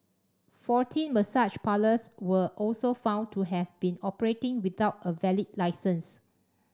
fourteen massage parlours were also found to have been operating without a valid licence